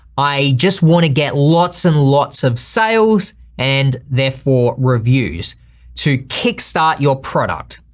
i just wanna get lots and lots of sales and therefore reviews to kickstart your product.